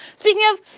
speaking of,